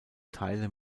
teile